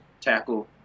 tackle